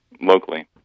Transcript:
locally